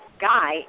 guy